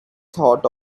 thought